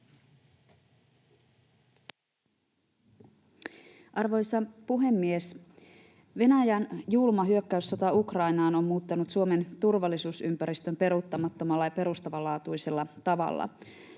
Arvoisa puhemies! Venäjän julma hyökkäyssota Ukrainaan on muuttanut Suomen turvallisuusympäristön peruuttamattomalla ja perustavanlaatuisella tavalla.